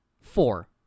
four